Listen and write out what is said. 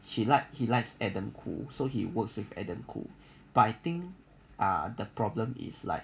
she liked he likes adam khoo so he works with adam khoo but I think ah the problem is like